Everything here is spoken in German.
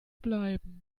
bleiben